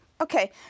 Okay